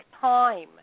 time